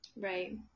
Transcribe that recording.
Right